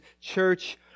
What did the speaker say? church